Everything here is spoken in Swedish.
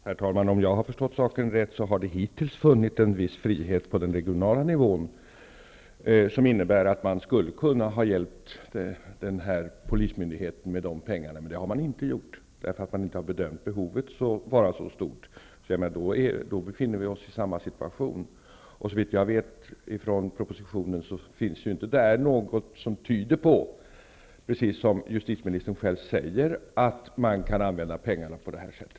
Herr talman! Om jag har förstått saken rätt, har det hittills funnits en viss frihet på den regionala nivån som innebär att man kunde ha hjälpt den här polismyndigheten med pengar, men det har man inte gjort. Man har inte bedömt att behovet var så stort. Då befinner vi oss i samma situation. Såvitt jag vet finns det inte något i propositionen som tyder på, precis som justitieministern själv säger, att man kan använda pengarna på det här sättet.